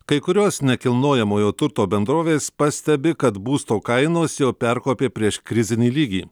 kai kurios nekilnojamojo turto bendrovės pastebi kad būsto kainos jau perkopė prieškrizinį lygį